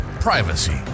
Privacy